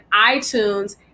iTunes